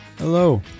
Hello